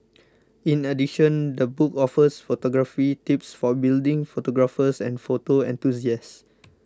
in addition the book offers photography tips for budding photographers and photo enthusiasts